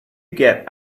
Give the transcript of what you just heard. get